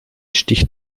stich